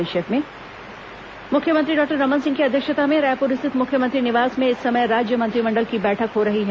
संक्षिप्त समाचार मुख्यमंत्री डॉक्टर रमन सिंह की अध्यक्षता में रायपुर स्थित मुख्यमंत्री निवास में इस समय राज्य मंत्रिमंडल की बैठक हो रही है